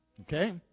Okay